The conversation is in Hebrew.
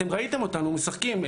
אתם ראיתם אותנו משחקים,